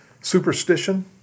superstition